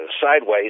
sideways